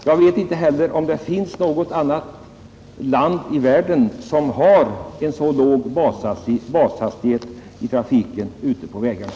Jag vet inte heller om det över huvud taget finns något annat land i världen som har en så låg bashastighet i trafiken ute på vägarna.